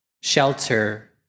shelter